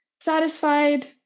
satisfied